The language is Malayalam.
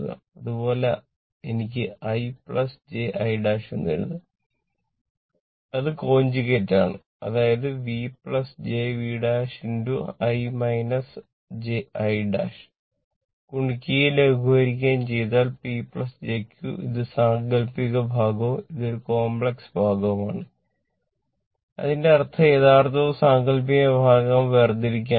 അതുപോലെ എനിക്ക് i ji എന്ന് എഴുതാം അത് കൺജഗേറ്റ്ണ് ഭാഗം ഇതാണ് അതിന്റെ അർത്ഥം യഥാർത്ഥവും സാങ്കൽപ്പികവുമായ ഭാഗം വേർതിരിക്കുകയാണെങ്കിൽ